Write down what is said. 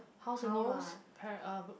house only [what] para~ uh